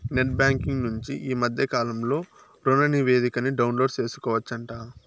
net banking నుంచి ఈ మద్దె కాలంలో రుణనివేదికని డౌన్లోడు సేసుకోవచ్చంట